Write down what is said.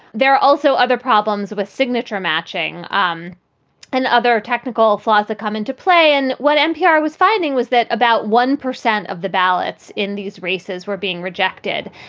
there are also other problems with signature matching um and other technical flaws that come into play in. what npr was finding was that about one percent of the ballots in these races were being rejected.